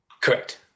correct